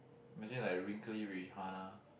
imagine like wrinkly Rihanna